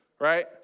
right